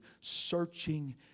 searching